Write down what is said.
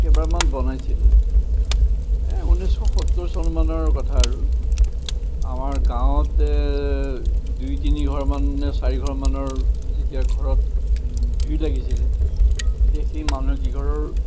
কেইবাৰমান বনাইছিলোঁ এই ঊনৈছশ সত্তৰ চনমানৰ কথা আৰু আমাৰ গাঁৱতে দুই তিনি ঘৰমান নে চাৰি ঘৰমানৰ যেতিয়া ঘৰত জুই লাগিছিলে তেতিয়া সেই মানুহ কিঘৰৰ